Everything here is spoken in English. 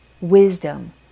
Wisdom